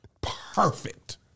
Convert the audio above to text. Perfect